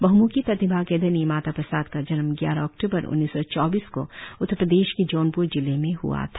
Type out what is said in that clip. बहम्खी प्रतिभा के धनी माता प्रसाद का जन्म ग्यारह अक्ट्रबर उन्नीस सौ चौबीस को उत्तर प्रदेश के जौनप्र जिले में हआ था